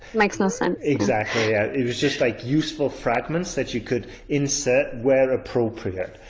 makes no sense exactly yeah it was just like useful fragments that you could insert where appropriate